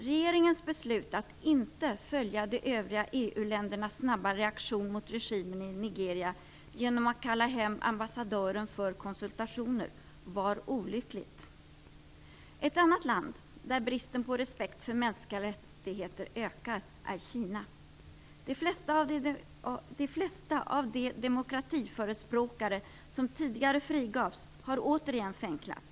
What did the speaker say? Regeringens beslut att inte följa de övriga EU-ländernas snabba reaktion mot regimen i Nigeria genom att kalla hem ambassadören för konsultationer var olyckligt. Ett annat land där bristen på respekt för mänskliga rättigheter ökar är Kina. De flesta av de demokratiförespråkare som tidigare frigavs har återigen fängslats.